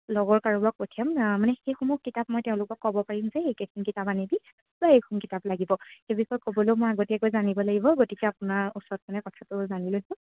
লগৰ কাৰোবাক পঠিয়াম মানে সেইসমূহ কিতাপ মই তেওঁলোকক ক'ব পাৰিম যে এই কেইখন কিতাপ আনিবি বা এইখন কিতাপ লাগিব সেই বিষয় ক'বলৈও মই আগতীয়াকৈ জানিব লাগিব গতিকে আপোনাৰ ওচৰত মানে কথাটো জানি লৈছোঁ